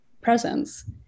presence